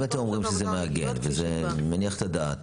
אם אתם אומרים שזה מעגן וזה מניח את הדעת,